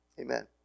Amen